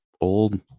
old